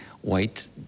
white